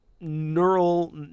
neural